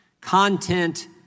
content